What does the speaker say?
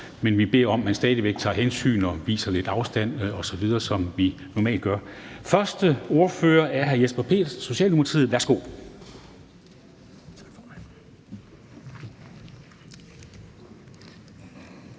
men vi beder om, at man stadig væk tager hensyn og viser lidt afstand osv., som vi normalt gør. Første ordfører er hr. Jesper Petersen, Socialdemokratiet. Værsgo.